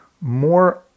more